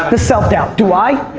the self-doubt? do i?